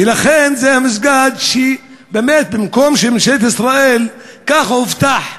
ולכן במקום שממשלת ישראל, ככה הובטח,